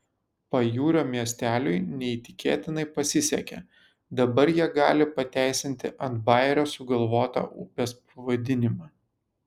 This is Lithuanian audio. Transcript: pajūrio miesteliui neįtikėtinai pasisekė dabar jie gali pateisinti ant bajerio sugalvotą upės pavadinimą